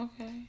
Okay